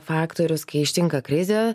faktorius kai ištinka krizė